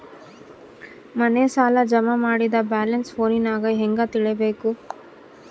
ಮನೆ ಸಾಲ ಜಮಾ ಮಾಡಿದ ಬ್ಯಾಲೆನ್ಸ್ ಫೋನಿನಾಗ ಹೆಂಗ ತಿಳೇಬೇಕು?